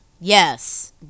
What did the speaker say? Yes